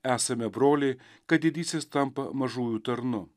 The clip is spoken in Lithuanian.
esame broliai kad didysis tampa mažųjų tarnu